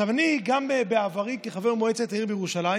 גם בעברי כחבר מועצת העיר בירושלים